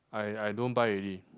I I don't buy already